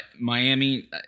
Miami